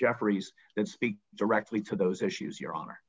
jefferys that speaks directly to those issues your honor